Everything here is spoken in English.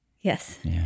Yes